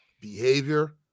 behavior